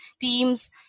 teams